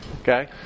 Okay